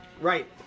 Right